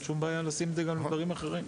כך שאין שום בעיה לשים שבבים גם לבעלי חיים אחרים.